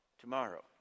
tomorrow